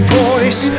voice